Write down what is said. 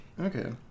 Okay